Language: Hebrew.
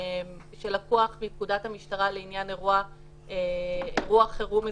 שלקוח מפקודת המשטרה לעניין אירוע חירום אזרחי,